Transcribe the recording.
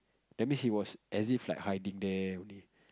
that means he was as if like hiding there only